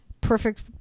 perfect